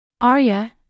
Arya